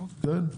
כן.